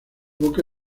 boca